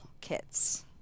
kits